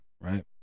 Right